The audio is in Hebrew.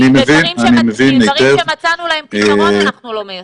דברים שמצאנו להם פתרון, אנחנו לא מיישמים.